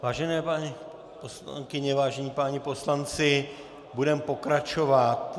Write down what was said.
Vážené paní poslankyně, vážení páni poslanci, budeme pokračovat.